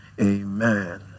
amen